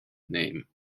name